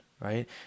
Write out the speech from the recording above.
right